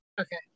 Okay